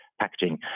packaging